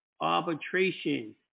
arbitration